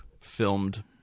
filmed